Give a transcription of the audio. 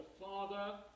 Father